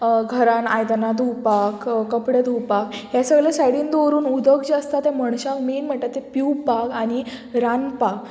घरान आयदनां धुवपाक कपडे धुवपाक हे सगळे सायडीन दवरून उदक जे आसता ते मनशाक मेन म्हणटा ते पिवपाक आनी रांदपाक